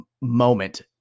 moment